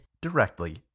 directly